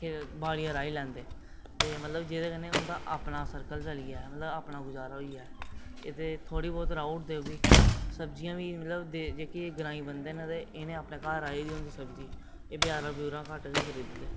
इत्थै बाड़िया राही लैंदे ते जेह्दे कन्नै मतलब उं'दा अपना सर्कल चली जाए मतलब अपना गुजारा होई जाए ते थोह्ड़ी बहुत राही ओड़दे उब्भी सब्जियां बी मतलब ते जेहके ग्राईं बंदे न ते इनें अपने घर राही दी होंदी सब्जी एह् बजारां बजुरां घट्ट गै खरीददे